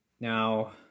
Now